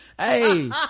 hey